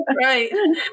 Right